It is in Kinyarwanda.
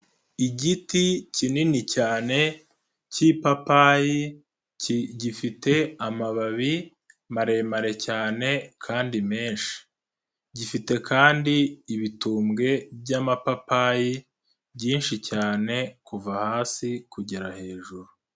Igiti kinini cyane cy'ipapayi gifite amababi maremare cyane kandi menshi, gifite kandi ibitumbwe by'amapapayi byinshi cyane kuva hasi kugera hejuru.